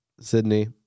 Sydney